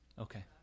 Okay